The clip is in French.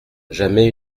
jamais